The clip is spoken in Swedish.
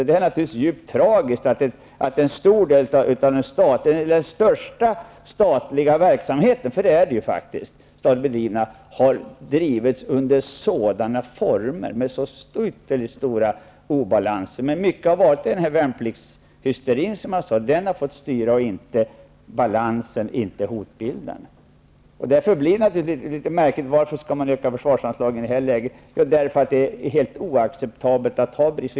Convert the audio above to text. Det är naturligtvis djupt tragiskt att den största statliga verksamheten, vilket det här ju faktiskt är, har drivits under sådana former med så ytterligt stora obalanser. Men i mycket har värnpliktshysterin fått styra, inte balansen eller hotbilden. Därför blir det litet märkligt att öka försvarsanslagen i det här läget. Det är därför det är helt oacceptabelt med dessa brister.